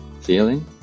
feeling